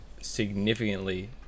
significantly